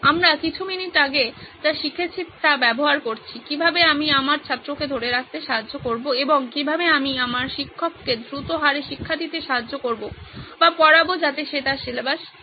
আমরা কিছু মিনিট আগে যা শিখেছি তা ব্যবহার করছি কিভাবে আমি আমার ছাত্রকে ধরে রাখতে সাহায্য করব এবং কিভাবে আমি আমার শিক্ষককে দ্রুত হারে শিক্ষা দিতে সাহায্য করব বা পড়াব যাতে সে তার সিলেবাস কভার করে